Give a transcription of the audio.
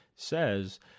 says